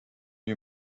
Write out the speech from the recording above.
you